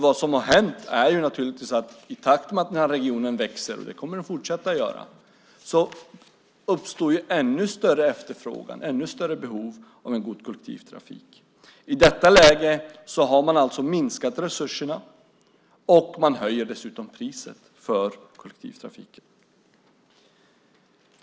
Vad som har hänt är att i takt med att regionen växer, och det kommer den att fortsätta göra, uppstår ju ännu större efterfrågan, ännu större behov av en god kollektivtrafik. I detta läge har man alltså minskat resurserna, och man höjer dessutom priset för kollektivtrafiken.